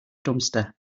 dumpster